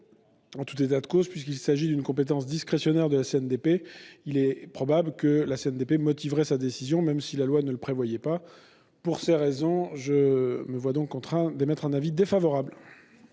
En tout état de cause, puisqu'il s'agit d'une compétence discrétionnaire de la CNDP, il est probable que celle-ci motiverait sa décision même si la loi ne le prévoyait pas. Pour ces raisons, la commission émet un avis défavorable